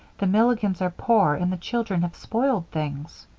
the milligans are poor and the children have spoiled things.